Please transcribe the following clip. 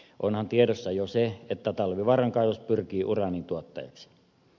onhan tiedossa jo se että talvivaaran kaivos pyrkii uraanin tuottajaksi